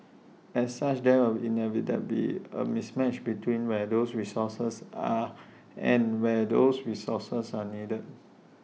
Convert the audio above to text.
as such there will inevitably A mismatch between where those resources are and where those resources are needed